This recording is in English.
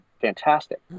fantastic